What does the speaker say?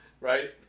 Right